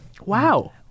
Wow